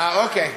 אוקיי.